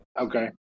Okay